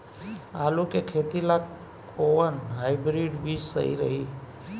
आलू के खेती ला कोवन हाइब्रिड बीज सही रही?